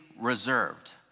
reserved